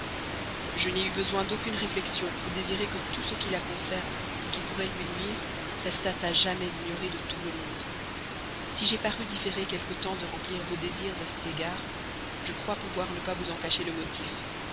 je n'ai eu besoin d'aucune réflexion pour désirer que tout ce qui la concerne qui pourrait lui nuire restât à jamais ignoré de tout le monde si j'ai paru différer quelque temps de remplir vos désirs à cet égard je crois pouvoir ne pas vous en cacher le motif